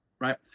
Right